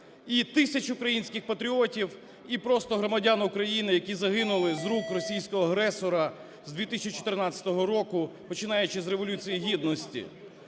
і тисяч українських патріотів і просто громадян України, які загинули з рук російського агресора з 2014 року, починаючи з Революції Гідності.